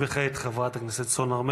וכעת, חברת הכנסת סון הר מלך.